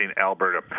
Alberta